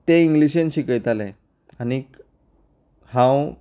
ते इंग्लिशीन शिकयताले आनी हांव